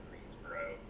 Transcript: Greensboro